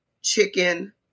chicken